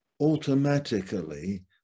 automatically